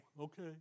okay